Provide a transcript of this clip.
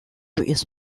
its